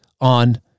on